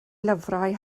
lyfrau